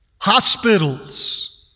hospitals